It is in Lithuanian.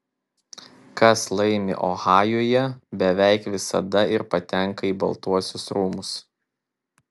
kas laimi ohajuje beveik visada ir patenka į baltuosius rūmus